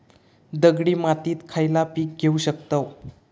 दगडी मातीत खयला पीक घेव शकताव?